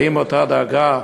אותה דאגה,